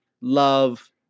love